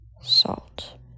salt